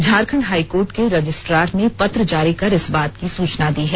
Jharkhand high court के registrar ने पत्र जारी कर इस बात की सूचना दी है